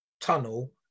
tunnel